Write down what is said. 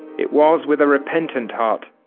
it was with a repentant heart,